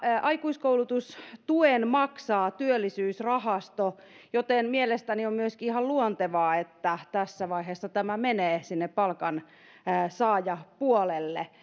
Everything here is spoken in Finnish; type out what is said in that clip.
aikuiskoulutustuen maksaa työllisyysrahasto joten mielestäni on myöskin ihan luontevaa että tässä vaiheessa tämä menee sinne palkansaajapuolelle